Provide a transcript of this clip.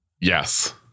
Yes